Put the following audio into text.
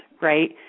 right